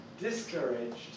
discouraged